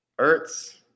Ertz